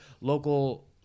local